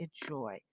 enjoy